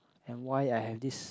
and why I have this